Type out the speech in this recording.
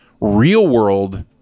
real-world